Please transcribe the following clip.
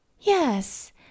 Yes